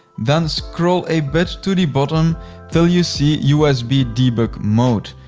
then scroll a bit to the bottom til you see usb debug mode.